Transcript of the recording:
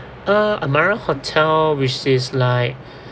uh amara hotel which is like